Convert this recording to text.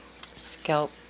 scalp